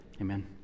Amen